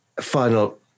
final